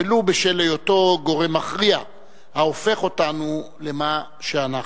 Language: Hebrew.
ולו בשל היותו גורם מכריע ההופך אותנו למה שאנחנו: